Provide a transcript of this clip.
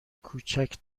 کوچیک